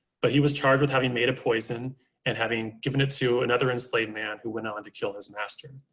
but he was charged with having made a poison and having given it to another enslaved man who went on to kill his master.